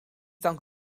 dank